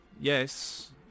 Yes